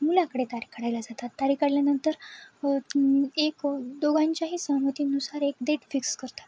मुलाकडे तारीख काढायला जातात तारीख काढल्यानंतर एक दोघांच्याही सहमतीनुसार एक डेट फिक्स करतात